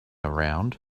around